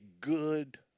good